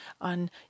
on